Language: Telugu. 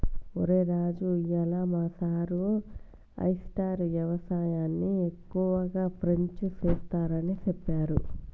ఒరై రాజు ఇయ్యాల మా సారు ఆయిస్టార్ యవసాయన్ని ఎక్కువగా ఫ్రెంచ్లో సెస్తారని సెప్పారు